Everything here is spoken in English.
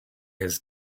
his